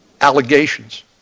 allegations